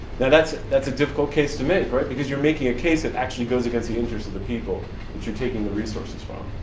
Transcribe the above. yeah that's that's a difficult case to make, right, because you're making a case that actually goes against the interest of the people that you're taking the resources from.